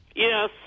Yes